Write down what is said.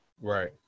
right